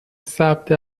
ثبت